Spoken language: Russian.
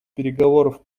переговоров